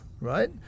Right